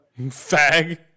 Fag